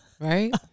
right